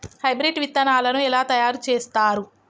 Hybrid విత్తనాలను ఎలా తయారు చేస్తారు?